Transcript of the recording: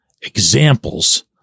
examples